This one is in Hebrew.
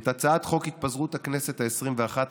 את הצעת חוק התפזרות הכנסת העשרים-ואחת,